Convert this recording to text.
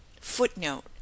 Footnote